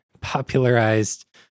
popularized